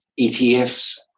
ETFs